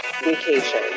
vacation